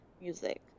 music